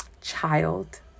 child